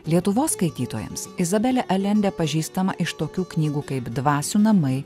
lietuvos skaitytojams izabelė alendė pažįstama iš tokių knygų kaip dvasių namai